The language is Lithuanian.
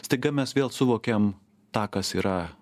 staiga mes vėl suvokiam tą kas yra